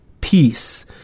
peace